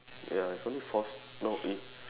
ya it's only four no if